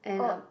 oh